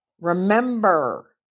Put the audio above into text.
Remember